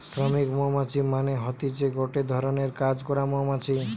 শ্রমিক মৌমাছি মানে হতিছে গটে ধরণের কাজ করা মৌমাছি